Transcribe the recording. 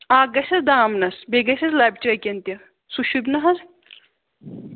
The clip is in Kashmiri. اَکھ گژھٮ۪س دامنَس بیٚیہِ گژھٮ۪س لَبچٲکٮ۪ن تہِ سُہ شوٗبہِ نہَ حظ